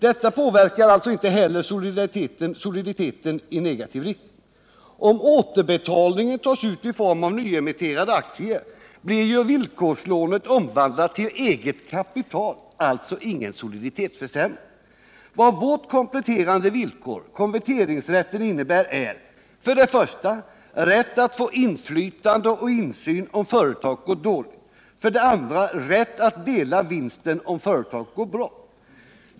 Det påverkar inte heller soliditeten i negativ riktning. Om återbetalningen tas ut i form av nyemitterade aktier blir villkorslånet omvandlat till eget kapital, alltså ingen soliditetsförsämring. Enligt vårt kompletterande villkor innebär konverteringsrätten för det första rätt att få inflytande och insyn om företaget går dåligt och för det andra rätt att dela vinsten om företaget går bra.